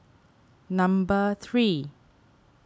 number three